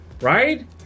right